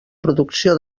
producció